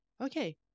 Okay